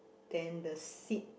then the seat